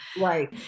right